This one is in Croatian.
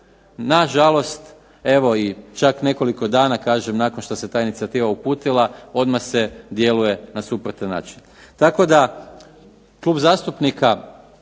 Na žalost, evo i čak nekoliko dana kažem nakon šta se ta inicijativa uputila odmah se djeluje na suprotan način. Tako da Klub zastupnika